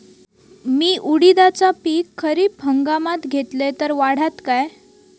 मी उडीदाचा पीक खरीप हंगामात घेतलय तर वाढात काय?